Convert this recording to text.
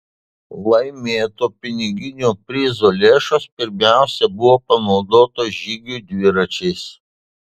laimėto piniginio prizo lėšos pirmiausiai buvo panaudotos žygiui dviračiais